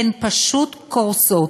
הן פשוט קורסות.